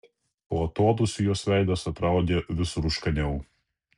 po atodūsių jos veidas atrodė vis rūškaniau